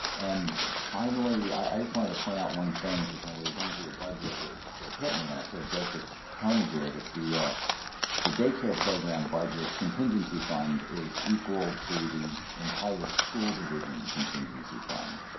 and finally i just wanted to point out one thing because when we were going through the budget it it hit me and i sort of joked with tony here that the ah the day care program budget contingency fund is equal to the entire school division contingency fund.